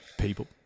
people